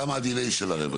כמה הדיליי של הרווח?